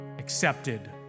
Accepted